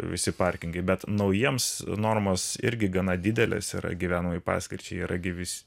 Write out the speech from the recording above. visi parkingai bet naujiems normos irgi gana didelės yra gyvenamai paskirčiai yra gi visi